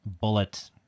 bullet